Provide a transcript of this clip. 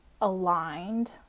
aligned